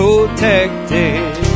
Protected